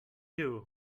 you